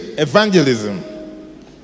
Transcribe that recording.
evangelism